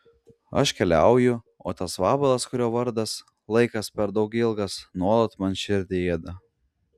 aš keliauju o tas vabalas kurio vardas laikas per daug ilgas nuolat man širdį ėda